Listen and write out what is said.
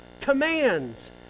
commands